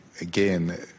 again